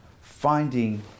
Finding